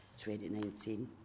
2019